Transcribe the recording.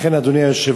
לכן, אדוני היושב-ראש,